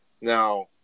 now